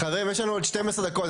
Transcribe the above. חברים, יש לנו עוד 12 דקות.